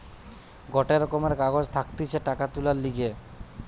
গটে রকমের কাগজ থাকতিছে টাকা তুলার লিগে